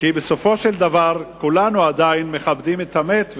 כי בסופו של דבר כולנו עדיין מכבדים את המת,